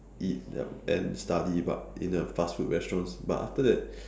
eat and study but in a fast food restaurants but after that